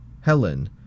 Helen